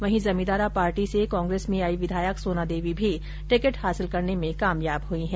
वहीं जमीदारां पार्टी से कांग्रेस में आई विधायक सोना देवी भी टिकिट हासिल करने में कामयाब हुई है